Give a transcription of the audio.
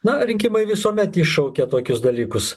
na rinkimai visuomet iššaukia tokius dalykus